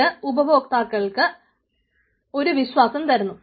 ഇത് ഉപഭോക്താക്കൾക്ക് ഒരു വിശ്വാസം തരുന്നു